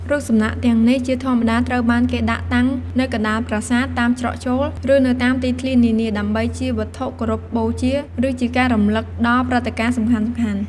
រូបសំណាកទាំងនេះជាធម្មតាត្រូវបានគេដាក់តាំងនៅកណ្ដាលប្រាសាទ តាមច្រកចូល ឬនៅតាមទីធ្លានានា ដើម្បីជាវត្ថុគោរពបូជា ឬជាការរំលឹកដល់ព្រឹត្តិការណ៍សំខាន់ៗ។